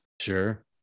Sure